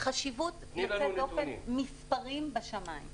חשיבות יוצאת דופן, מספרים בשמים.